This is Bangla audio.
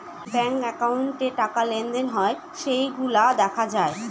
ব্যাঙ্ক একাউন্টে টাকা লেনদেন হয় সেইগুলা দেখা যায়